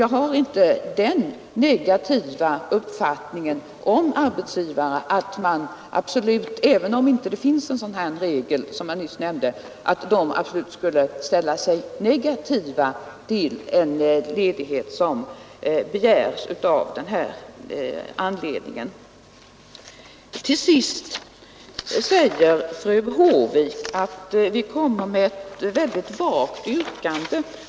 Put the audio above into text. Jag har inte den negativa uppfattningen att arbetsgivarna skulle avslå en begäran om ledighet bara därför att det inte finns någon sådan regel som jag nyss nämnde. Sedan sade fru Håvik att vi har ställt ett mycket vagt yrkande.